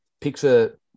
picture